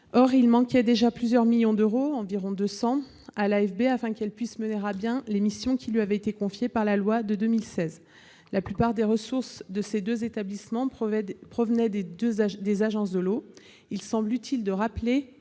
Or il manquait déjà plusieurs millions d'euros- environ 200 -à l'AFB pour lui permettre de mener à bien les missions qui lui avaient été confiées par la loi de 2016. La plupart des ressources de ces deux établissements provenaient des agences de l'eau. Il semble utile de rappeler